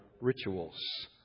rituals